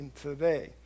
today